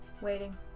Waiting